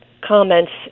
comments